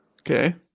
Okay